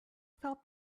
felt